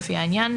לפי העניין,